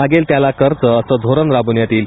मागेल त्याला कर्ज असं धोरण राबवण्यात येईल